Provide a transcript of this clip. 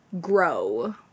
grow